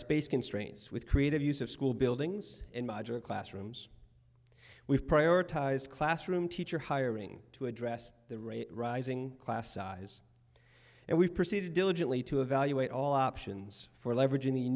space constraints with creative use of school buildings in modular classrooms we've prioritized classroom teacher hiring to address the rate rising class size and we proceeded diligently to evaluate all options for leveraging the